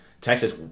Texas